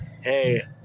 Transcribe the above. hey